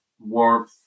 warmth